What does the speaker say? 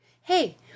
Hey